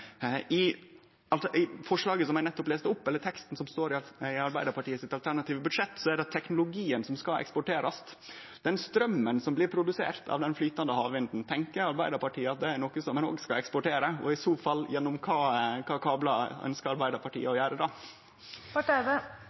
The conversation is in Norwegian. I setninga eg nettopp las opp frå Arbeidarpartiets alternative budsjett, står det at det er teknologien som skal eksporterast. Men straumen som blir produsert av den flytande havvinden – tenkjer Arbeidarpartiet at det er noko som ein òg skal eksportere? I så fall: Gjennom kva kablar ønskjer Arbeidarpartiet å gjere det? Jeg er veldig rørt over den store interessen for vårt budsjett, og jeg synes det